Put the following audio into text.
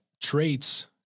traits